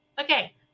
Okay